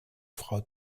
frau